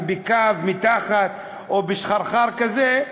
אם בקו מתחת או בשחרחר כזה,